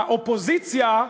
האופוזיציה,